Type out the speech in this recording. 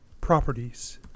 properties